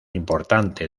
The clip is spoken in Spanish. importante